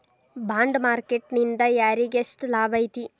Bond market ನಿಂದಾ ಯಾರಿಗ್ಯೆಷ್ಟ್ ಲಾಭೈತಿ?